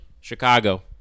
Chicago